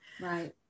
Right